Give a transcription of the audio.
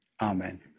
Amen